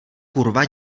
kurva